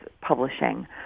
publishing